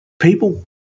people